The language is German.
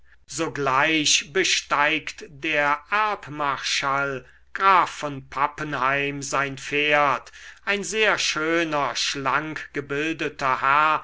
sogleich besteigt der erbmarschall graf von pappenheim sein pferd ein sehr schöner schlankgebildeter herr